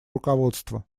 руководства